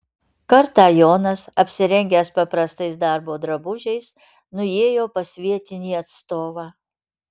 kartą jonas apsirengęs paprastais darbo drabužiais nuėjo pas vietinį atstovą